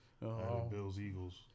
Bills-Eagles